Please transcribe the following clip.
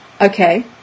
Okay